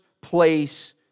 place